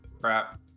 crap